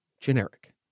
generic